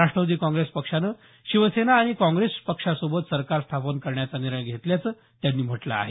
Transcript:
राष्ट्रवादी काँग्रेस पक्षानं शिवसेना आणि काँग्रेस पक्षासोबत सरकार स्थापन करण्याचा निर्णय घेतल्याचं त्यांनी म्हटलं आहे